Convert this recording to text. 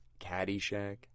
Caddyshack